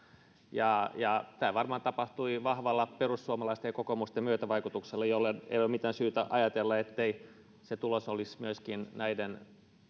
ja ja tämä varmaan tapahtui vahvalla perussuomalaisten ja kokoomuksen myötävaikutuksella jolloin ei ole mitään syytä ajatella ettei se tulos olisi myöskin näiden